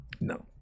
No